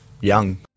young